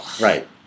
Right